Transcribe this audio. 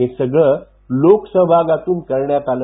हे सगळं लोकसहभागातून करण्यात आलं